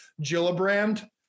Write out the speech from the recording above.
Gillibrand